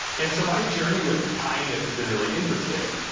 and so my journey with kindness has been really interesting.